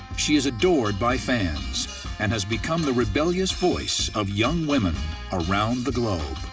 she is adored by fans and has become the rebellious voice of young women around the globe.